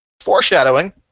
foreshadowing